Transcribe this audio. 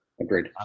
Agreed